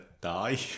die